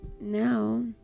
now